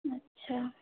আচ্ছা